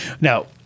now